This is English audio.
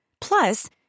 Plus